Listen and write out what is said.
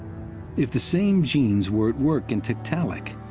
if the same genes were at work in tiktaalik,